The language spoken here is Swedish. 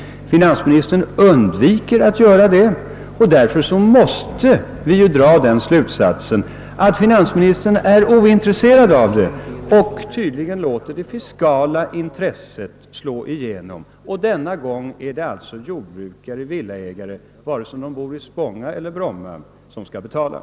Finansministern undviker att göra ett sådant uttalande, och därför måste vi dra den slutsatsen att han är ointresserad av det och tydligen låter det fiskala intresset slå igenom. Och denna gång är det villaägare och jordbrukare som får betala, oavsett om de bor i Spånga eller i Bromma eller någon annanstans.